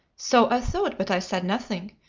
so i thought, but i said nothing.